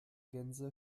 gänse